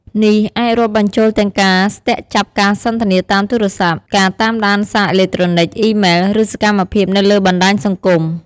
នេះអាចរាប់បញ្ចូលទាំងការស្ទាក់ចាប់ការសន្ទនាតាមទូរស័ព្ទ ការតាមដានសារអេឡិចត្រូនិច អ៊ីម៉ែល ឬសកម្មភាពនៅលើបណ្តាញសង្គម។